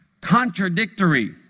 contradictory